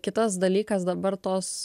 kitas dalykas dabar tos